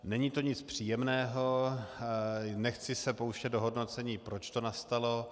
Není to nic příjemného, nechci se pouštět do hodnocení, proč to nastalo.